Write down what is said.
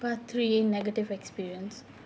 part three negative experience